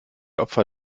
opfer